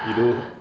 you do